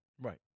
Right